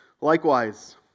Likewise